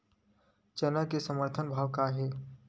चना के समर्थन भाव का हे?